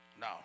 Now